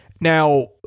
Now